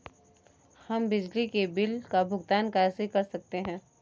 हम बिजली के बिल का भुगतान कैसे कर सकते हैं?